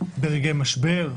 ברגעי משבר,